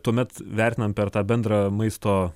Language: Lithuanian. tuomet vertinant per tą bendrą maisto